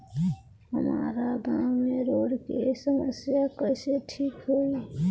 हमारा गाँव मे रोड के समस्या कइसे ठीक होई?